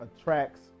attracts